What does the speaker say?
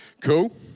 Cool